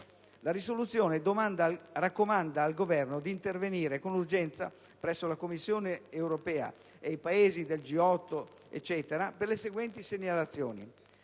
La mozione raccomanda al Governo di intervenire con urgenza presso la Commissione europea e i Paesi del G8, del G8 + 5 e del